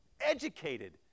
Educated